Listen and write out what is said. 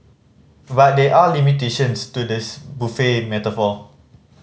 but there are limitations to this buffet metaphor